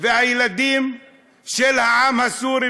והילדים של העם הסורי,